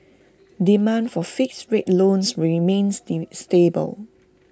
demand for fixed rate loans remains stable